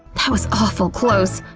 that was awful close!